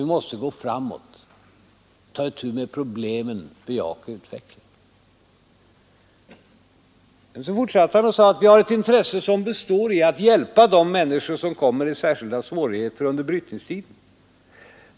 Vi måste gå framåt, ta itu med problemen, bejaka utvecklingen. Per Albin Hansson fortsatte: ”Vi har ett intresse, som består i att hjälpa de människor, som kommer i särskilda svårigheter under brytningstiden.